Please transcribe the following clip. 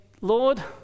Lord